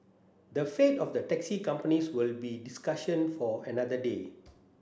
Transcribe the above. the fate of the taxi companies will be discussion for another day